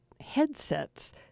headsets